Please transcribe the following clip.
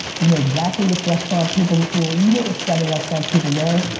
you know exactly which restaurant people, you know you know the seven restaurants people know.